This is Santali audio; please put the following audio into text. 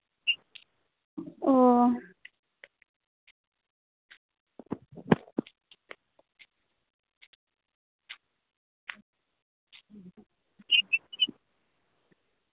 ᱚ